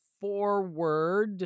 forward